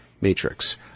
Matrix